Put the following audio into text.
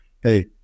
Hey